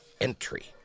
entry